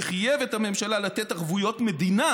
שחייב את הממשלה לתת ערבויות מדינה